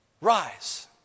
rise